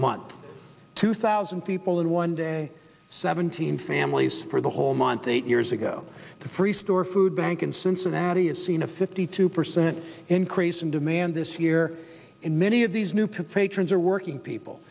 month two thousand people in one day seventeen families for the whole month eight years ago the freestore food bank in cincinnati has seen a fifty two percent increase in demand this year and many of these new patrons are working people